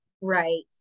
Right